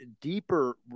deeper